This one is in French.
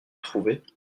trouver